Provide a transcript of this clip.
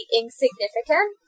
insignificant